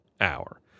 hour